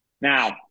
Now